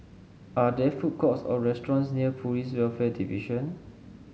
are there food courts or restaurants near Police Welfare Division